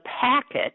packet